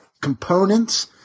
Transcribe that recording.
Components